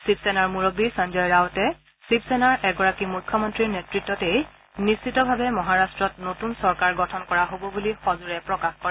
শিৱসেনাৰ মুৰববী সঞ্জৰ ৰাৱটে শিৱসেনাৰ এগৰাকী মুখ্যমন্ত্ৰীৰ নেতৃত্বতেই নিশ্চিতভাৱে মহাৰাট্টত নতুন চৰকাৰ গঠন কৰা হ'ব বুলি সজোৰে প্ৰকাশ কৰে